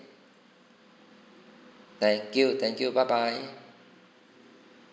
thank you thank you bye bye